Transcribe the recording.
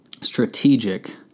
strategic